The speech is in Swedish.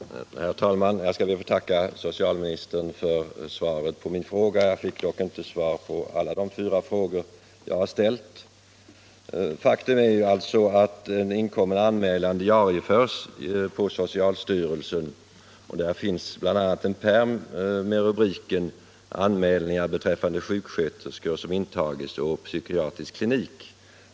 Nr 85 Herr talman! Jag ber att få tacka socialministern för svaret. Jag fick Torsdagen den dock inte svar på alla de fyra frågor jag har ställt. 18 mars 1976 Faktum är alltså att en inkommen anmälan diarieförs på socialstyrelsen. — Där finns bl.a. en pärm med etiketten ”Anmälningar beträffande sjuk Om registreringen sköterskor som intagits å psykiatrisk klinik”.